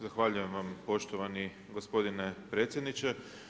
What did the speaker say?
Zahvaljujem vam poštovani gospodine predsjedniče.